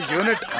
unit